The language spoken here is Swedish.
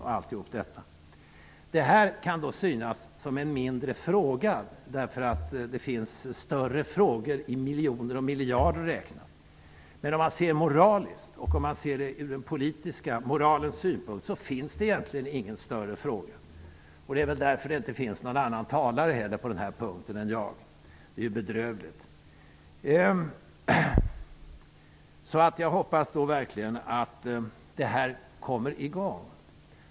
Den här frågan kan synas som en mindre fråga därför att det finns större frågor räknat i miljoner och miljarder. Men om man ser på saken moraliskt och ur den politiska moralens synpunkt kan man konstatera att det inte finns någon större fråga. Det är väl därför som det inte heller finns någon annan talare än jag uppskriven på talarlistan under den här punkten. Det är bedrövligt. Jag hoppas verkligen att debatten kommer i gång.